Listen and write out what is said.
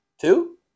Two